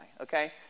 okay